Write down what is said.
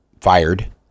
fired